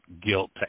guilt